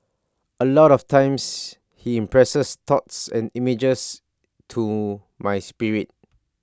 A lot of times he impresses thoughts and images to my spirit